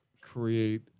create